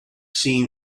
seen